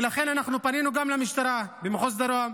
ולכן אנחנו פנינו גם למשטרה במחוז דרום,